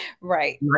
Right